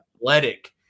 athletic